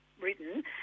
written